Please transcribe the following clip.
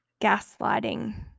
gaslighting